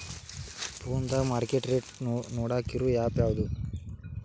ಫೋನದಾಗ market rate ನೋಡಾಕ್ ಇರು ಆ್ಯಪ್ ಯಾವದು?